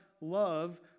love